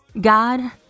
God